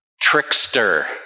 trickster